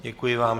Děkuji vám.